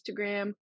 Instagram